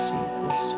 Jesus